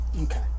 Okay